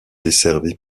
desservie